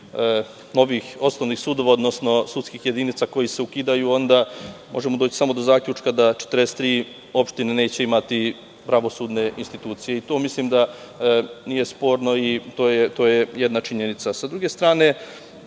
zbir osnovnih sudova, odnosno sudskih jedinica koji se ukidaju, onda možemo doći samo da zaključka da 43 opština neće imati pravosudne institucije. To mislim da nije sporno i to je jedna činjenica.S druge strane,